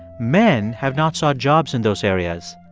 men have not sought jobs in those areas.